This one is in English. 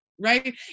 right